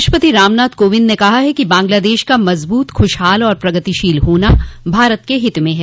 राष्ट्रपति रामनाथ कोविंद ने कहा है कि बांग्लादेश का मजबूत खुशहाल और प्रगतिशील होना भारत के हित में है